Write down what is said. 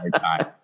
time